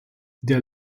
der